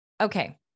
Okay